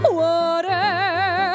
water